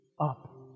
up